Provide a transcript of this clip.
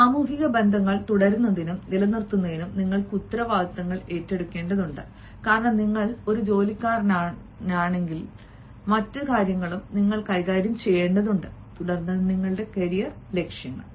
ഈ സാമൂഹിക ബന്ധങ്ങൾ തുടരുന്നതിനും നിലനിർത്തുന്നതിനും നിങ്ങൾക്കും ഉത്തരവാദിത്തങ്ങൾ ഏറ്റെടുക്കേണ്ടതുണ്ട് കാരണം നിങ്ങൾ ഒരു ജോലിക്കാരനാണെങ്കിലും മറ്റ് കാര്യങ്ങളും നിങ്ങൾ കൈകാര്യം ചെയ്യേണ്ടതുണ്ട് തുടർന്ന് നിങ്ങളുടെ കരിയർ ലക്ഷ്യങ്ങൾ